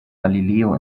galileo